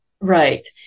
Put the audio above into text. Right